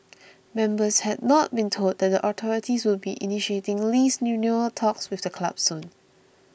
members had not been told that the authorities would be initiating lease renewal talks with the club soon